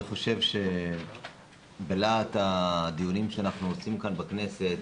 אני חושב שבלהט הדיונים שאנחנו עושים כאן בכנסת